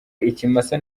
ikimasa